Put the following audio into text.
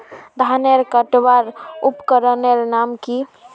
धानेर कटवार उपकरनेर नाम की?